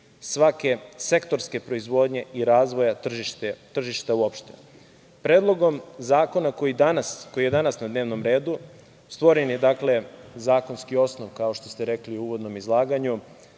svake sektorske proizvodnje i razvoja tržišta uopšteno. Predlogom zakona koji je danas na dnevnom redu stvoren je zakonski osnov, kao što ste rekli u uvodnom izlaganju,